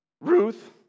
Ruth